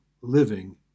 living